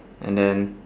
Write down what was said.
and then